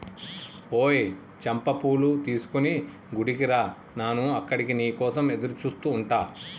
ఓయ్ చంపా పూలు తీసుకొని గుడికి రా నాను అక్కడ నీ కోసం ఎదురుచూస్తు ఉంటా